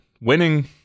winning